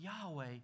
Yahweh